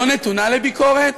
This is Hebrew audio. לא נתונה לביקורת?